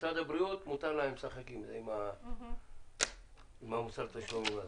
משרד הבריאות מותר להם לשחק עם מוסר התשלומים.